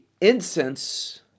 incense